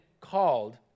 called